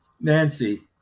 Nancy